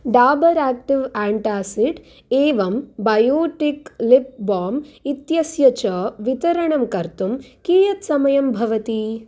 Dabur active antacid एवं Biotique lip balm इत्यस्य च वितरणं कर्तुं कियत् समयं भवति